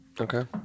Okay